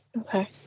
Okay